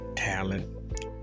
talent